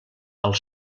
els